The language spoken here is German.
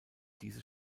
diese